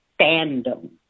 fandom